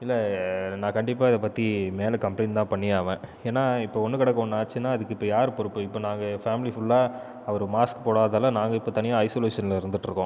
இல்லை நான் கண்டிப்பாக இதை பற்றி மேலே கம்ப்ளைண்ட் தான் பண்ணியே ஆவேன் ஏன்னால் இப்போ ஒன்று கிடக்க ஒன்று ஆச்சுன்னா அதுக்கு இப்போ யாரு பொறுப்பு இப்போ நான் ஃபேமிலி ஃபுல்லா அவரு மாஸ்க் போடாததால் நாங்கள் இப்போ தனியாக ஐசோலேஷனில் இருந்துகிட்டு இருக்கோம்